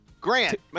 Grant